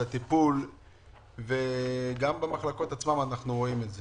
את הטיפול וגם במחלקות עצמן אנחנו רואים את זה.